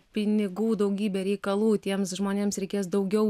pinigų daugybę reikalų tiems žmonėms reikės daugiau